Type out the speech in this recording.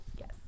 Yes